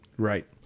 right